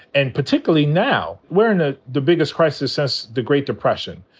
and particularly now we're in ah the biggest crisis since the great depression.